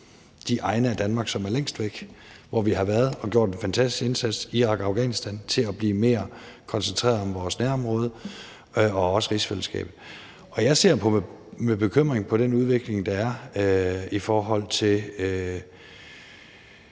forhold til Danmark, hvor vi har været og har gjort en fantastisk indsats, nemlig i Irak og Afghanistan, til at blive mere koncentreret om vores nærområde og også rigsfællesskabet. Jeg ser med bekymring på den udvikling, der er i forhold til